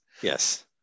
Yes